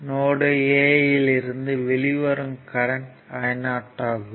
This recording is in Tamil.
நோட் a இலிருந்து வெளியே வரும் கரண்ட் Io ஆகும்